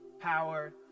power